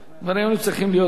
העניינים צריכים להיות ברורים.